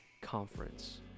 conference